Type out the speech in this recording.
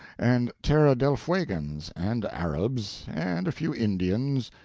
and terra del fuegans, and arabs, and a few indians,